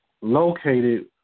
located